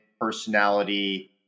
personality